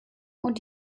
und